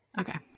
Okay